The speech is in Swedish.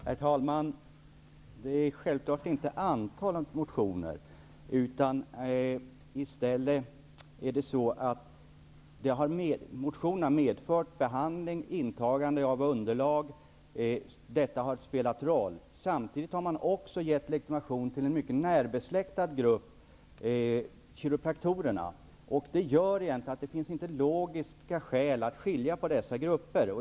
Herr talman! Självfallet är det inte antalet motioner som varit avgörande. I stället är det så, att motionerna har lett till en behandling av ämnet och till ett inhämtande av underlag. Detta har haft betydelse. Samtidigt har man också gett en mycket närbesläktad grupp, kiropraktorerna, legitimation. Det gör att det egentligen inte finns några logiska skäl att skilja på dessa grupper.